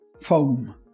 foam